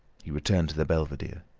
he returned to the belvedere.